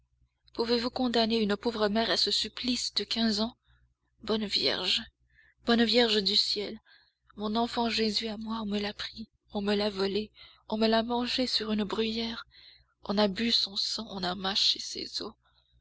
pouvez-vous condamner une pauvre mère à ce supplice de quinze ans bonne vierge bonne vierge du ciel mon enfant jésus à moi on me l'a pris on me l'a volé on l'a mangé sur une bruyère on a bu son sang on a mâché ses os